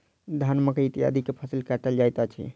धान, मकई इत्यादि के फसिल काटल जाइत अछि